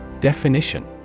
Definition